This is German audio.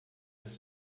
das